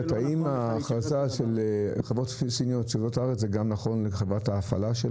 האם ההכרזה של חברות סיניות שמגיעות לארץ זה גם נכון לחברת ההפעלה של